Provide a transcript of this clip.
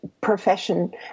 profession